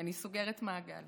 אני סוגרת מעגל.